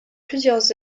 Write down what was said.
plusieurs